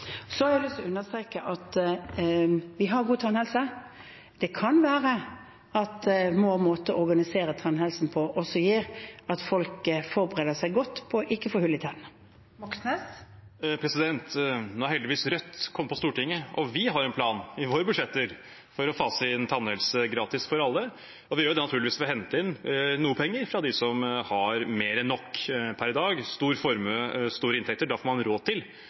Så har jeg lyst til å understreke at vi har god tannhelse. Det kan være at vår måte å organisere tannhelsetjenesten på også gjør at folk forbereder seg godt på ikke å få hull i tennene. Det åpnes for oppfølgingsspørsmål – først Bjørnar Moxnes. Nå er heldigvis Rødt kommet på Stortinget, og vi har en plan i våre budsjetter for å fase inn gratis tannhelse for alle. Vi gjør det naturligvis ved å hente inn noe penger fra dem som har mer enn nok per i dag – stor formue, store inntekter. Da